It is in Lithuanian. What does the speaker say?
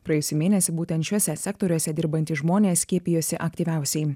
praėjusį mėnesį būtent šiuose sektoriuose dirbantys žmonės skiepijosi aktyviausiai